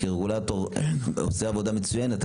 כרגולטור הוא עושה עבודה מצוינת,